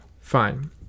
Fine